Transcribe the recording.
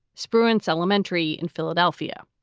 spruance elementary in philadelphia.